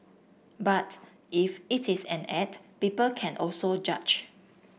but if it is an act people can also judge